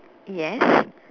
yes